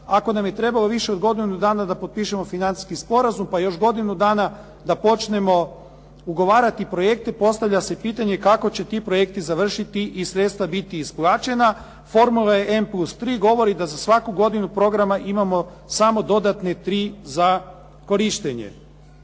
Ako nam je trebalo više od godinu dana da potpišemo financijski sporazum pa još godinu dana da počnemo ugovarati projekte postavlja se pitanje kako će ti projekti završiti i sredstva biti isplaćena. Formalno je N+3, govori da za svaku godinu programa imamo samo dodatne tri za korištenje.